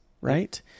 right